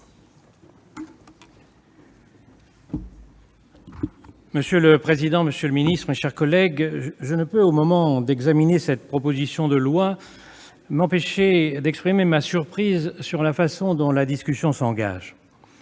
Monsieur le président, monsieur le secrétaire d'État, mes chers collègues, je ne peux, au moment d'examiner cette proposition de loi, m'empêcher d'exprimer ma surprise sur la façon dont la discussion s'engage.